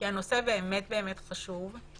כי הנושא באמת באמת חשוב.